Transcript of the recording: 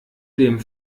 dem